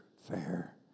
fair